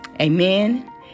Amen